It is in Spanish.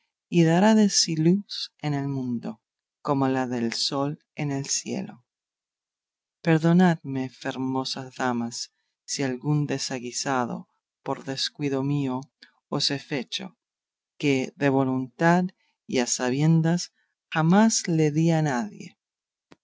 y dará de sí luz en el mundo como la da el sol en el cielo perdonadme fermosas damas si algún desaguisado por descuido mío os he fecho que de voluntad y a sabiendas jamás le di a nadie